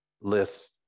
lists